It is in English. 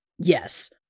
Yes